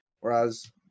whereas